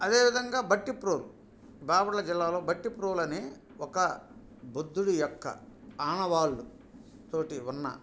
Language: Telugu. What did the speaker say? అదేవిధంగా భట్టిప్రోలు బాపట్ల జిల్లాలో భట్టిప్రోలనే ఒక బుద్ధుడి యొక్క ఆనవాళ్ళు తోటి ఉన్న